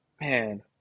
man